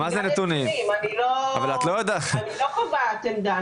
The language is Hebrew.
אני מציגה את הנתונים, אני לא קובעת עמדה.